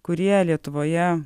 kurie lietuvoje